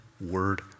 word